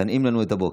תנעים לנו את הבוקר.